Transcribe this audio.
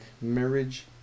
marriage